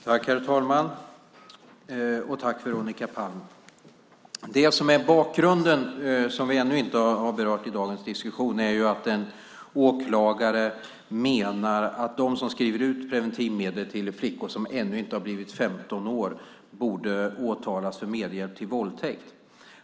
Herr talman! Jag tackar Veronica Palm för frågan. Det som är bakgrunden till detta, och som vi ännu inte har berört i dagens diskussion, är att en åklagare menar att de som skriver ut preventivmedel till flickor som ännu inte har fyllt 15 år borde åtalas för medhjälp till våldtäkt.